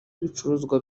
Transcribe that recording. ibicuruzwa